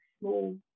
small